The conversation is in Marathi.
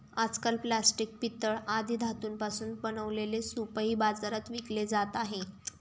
आजकाल प्लास्टिक, पितळ आदी धातूंपासून बनवलेले सूपही बाजारात विकले जात आहेत